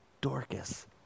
Dorcas